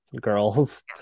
girls